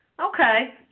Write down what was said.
Okay